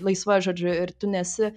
laisva žodžiu ir tu nesi